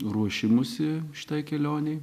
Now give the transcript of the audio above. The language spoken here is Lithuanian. ruošimusi šitai kelionei